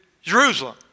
Jerusalem